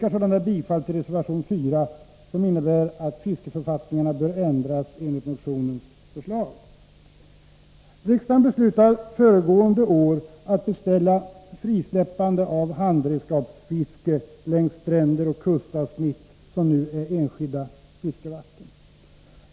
Jag yrkar därför bifall till reservation 4, som innebär att fiskeförfattningarna bör ändras enligt motionens förslag. Riksdagen beslutade föregående år att beställa frisläppande av handredskapsfiske längs stränder och kustavsnitt som nu är enskilda fiskevatten.